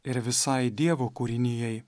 ir visai dievo kūrinijai